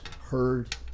heard